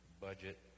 budget